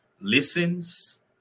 listens